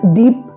deep